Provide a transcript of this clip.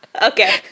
Okay